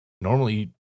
Normally